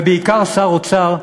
ובעיקר שר האוצר,